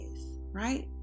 right